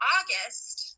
August